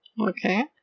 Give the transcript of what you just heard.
Okay